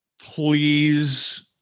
Please